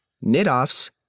knit-offs